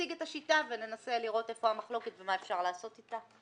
תציג את השיטה וננסה לראות איפה המחלוקת ומה אפשר לעשות איתה.